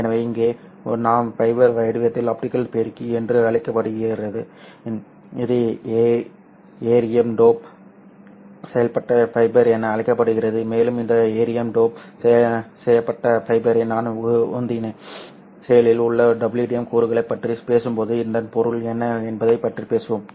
எனவே இங்கே நான் ஒரு ஃபைபர் வடிவத்தில் ஆப்டிகல் பெருக்கி என்று அழைக்கப்படுகிறேன் இது எர்பியம் டோப் செய்யப்பட்ட ஃபைபர் என அழைக்கப்படுகிறது மேலும் இந்த எர்பியம் டோப் செய்யப்பட்ட ஃபைபரை நான் உந்தினேன் செயலில் உள்ள WDM கூறுகளைப் பற்றி பேசும்போது இதன் பொருள் என்ன என்பதைப் பற்றி பேசுவோம்